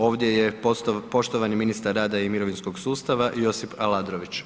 Ovdje je poštovani ministar rada i mirovinskog sustava Josip Aladrović.